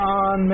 on